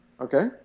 Okay